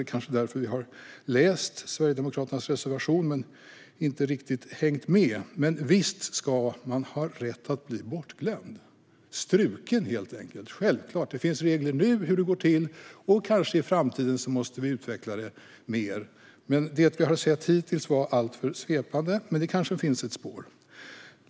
Det kanske är därför som vi har läst Sverigedemokraternas reservation men inte riktigt hängt med. Men visst ska man ha rätt att bli bortglömd, helt enkelt struken - självklart. Det finns regler nu för hur det ska gå till, och kanske måste vi i framtiden utveckla dem mer. De vi har sett hittills är alltför svepande, men här kanske det finns ett spår.